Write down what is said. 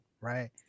right